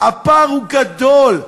הפער הוא גדול,